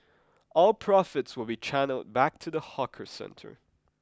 all profits will be channelled back to the hawker centre